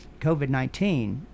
COVID-19